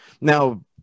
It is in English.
Now